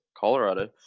Colorado